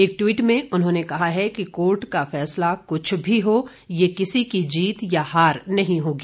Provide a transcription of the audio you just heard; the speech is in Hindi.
एक टवीट में उन्होंने कहा है कि कोर्ट का फैसला कुछ भी हो यह किसी की जीत या हार नहीं होगी